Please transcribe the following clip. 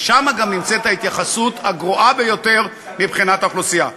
ושם גם נמצאת ההתייחסות הגרועה ביותר מבחינת האוכלוסייה.